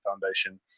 Foundation